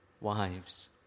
wives